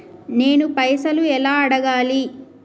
నేను పైసలు ఎలా అడగాలి?